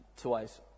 twice